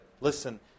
Listen